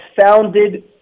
founded